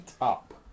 up